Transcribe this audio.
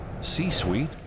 C-Suite